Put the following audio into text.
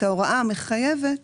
את ההוראה המחייבת